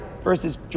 versus